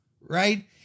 right